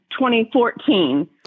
2014